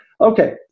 Okay